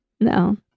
No